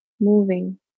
moving